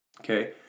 okay